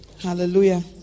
hallelujah